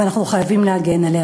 ואנחנו חייבים להגן עליה.